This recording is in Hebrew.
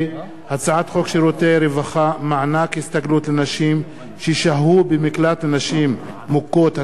הצעת חוק שירותי רווחה (מענק הסתגלות לנשים ששהו במקלט לנשים מוכות),